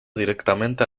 directamente